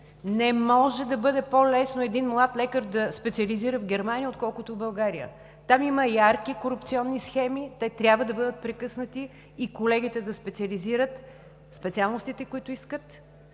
Не може да бъде по-лесно един млад лекар да специализира в Германия, отколкото в България! Там има ярки корупционни схеми, те трябва да бъдат прекъснати и колегите да специализират специалностите, които искат.